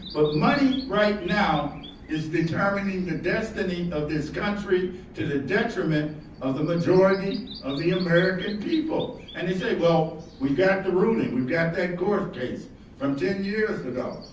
but money right now is determining the destiny of this country to the detriment of the majority of the american people. and they say, well, we've got the ruling we've got that court case from ten years ago.